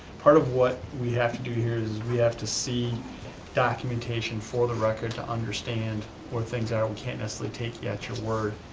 part of what we have to do here is we have to see documentation for the record to understand where things are. we can't necessarily take you at your word.